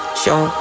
show